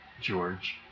George